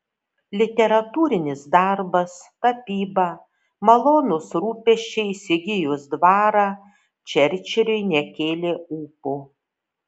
literatūrinis darbas tapyba malonūs rūpesčiai įsigijus dvarą čerčiliui nekėlė ūpo